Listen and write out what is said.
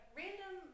random